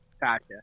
Gotcha